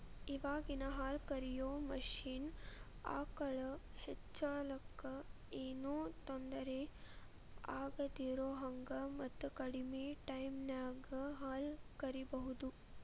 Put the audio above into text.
ಇವಾಗಿನ ಹಾಲ ಕರಿಯೋ ಮಷೇನ್ ಆಕಳ ಕೆಚ್ಚಲಕ್ಕ ಏನೋ ತೊಂದರೆ ಆಗದಿರೋಹಂಗ ಮತ್ತ ಕಡಿಮೆ ಟೈಮಿನ್ಯಾಗ ಹಾಲ್ ಕರಿಬಹುದು